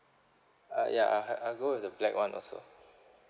uh ya I I go with the black one also